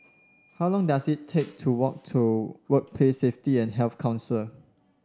how long does it take to walk to Workplace Safety and Health Council